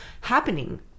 happening